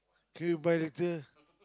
can you buy later